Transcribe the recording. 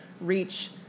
reach